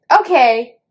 Okay